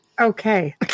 Okay